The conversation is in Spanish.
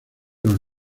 los